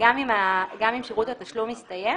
גם אם שירות התשלום הסתיים